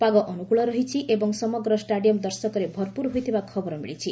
ପାଗ ଅନୁକୂଳ ରହିଛି ଏବଂ ସମଗ୍ର ଷ୍ଟାଡିୟମ୍ ଦର୍ଶକରେ ଭରପୂର ହୋଇଥିବା ଖବର ମିଳିଛି